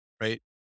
right